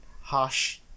harsh